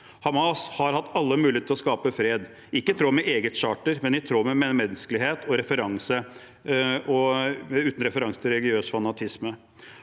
Hamas har hatt alle muligheter til å skape fred, ikke i tråd med eget charter, men i tråd med medmenneskelighet og uten referanse til religiøs fanatisme.